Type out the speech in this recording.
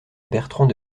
bertrand